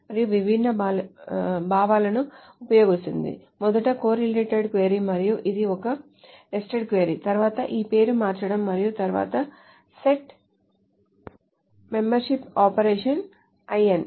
మరియు ఇది విభిన్న భావనలను ఉపయోగిస్తుంది మొదట కొర్రీలేటెడ్ క్వరీ మరియు ఇది ఒక నెస్టెడ్ క్వరీ తర్వాత ఈ పేరు మార్చడం మరియు తరువాత సెట్ మెంబర్షిప్ ఆపరేషన్ IN